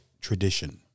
tradition